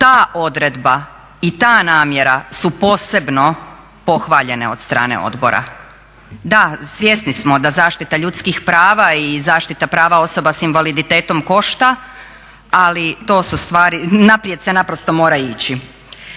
ta odredba i ta namjera su posebno pohvaljene od strane odbora. Da svjesni smo da zaštita ljudskih prava i zaštita prava osoba s invaliditetom košta ali to su stvari, naprijed se naprosto mora ići.